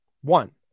One